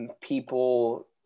People